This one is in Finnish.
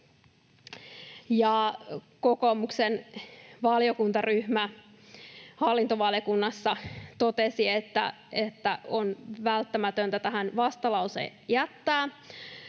kokoomuksen valiokuntaryhmä hallintovaliokunnassa totesi, että on välttämätöntä tähän vastalause jättää.